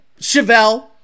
chevelle